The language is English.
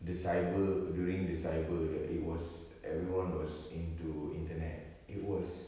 the cyber during the cyber the it was everyone was into internet it was